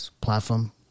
platform